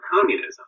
communism